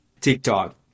tiktok